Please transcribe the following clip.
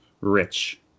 Rich